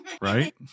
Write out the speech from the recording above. right